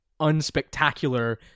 unspectacular